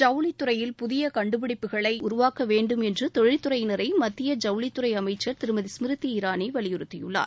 ஜவுளித்துறையில் புதிய கண்டுபிடிப்புகளை உருவாக்க வேண்டும் என்று தொழில்துறையினரை மத்திய ஜவுளித்துறை அமைச்சர் திருமதி ஸ்மிருதி இராணி வலிபுறுத்தியுள்ளார்